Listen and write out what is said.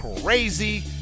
crazy